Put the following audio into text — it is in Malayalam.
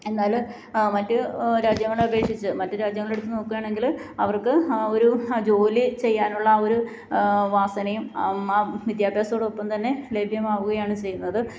എന്നാല് മറ്റു രാജ്യങ്ങളെ അപേക്ഷിച്ച് മറ്റു രാജ്യങ്ങളെടുത്ത് നോക്കുകയാണെങ്കില് അവർക്ക് ആ ഒരു ആ ജോലി ചെയ്യാനുള്ള ആ ഒരു വാസനയും വിദ്യാഭ്യാസത്തോടൊപ്പം തന്നെ ലഭ്യമാവുകയാണ് ചെയ്യുന്നത്